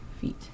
feet